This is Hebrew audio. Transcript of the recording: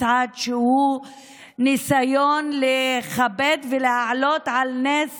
מצעד שהוא ניסיון לכבד ולהעלות על נס